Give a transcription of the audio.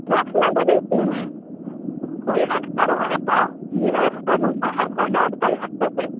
wax માટે વીસ minute full wax કરવું હોય તો ફુલ વૅક્સ કરવું હોય તો દોઢ કલાક થશે